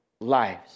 lives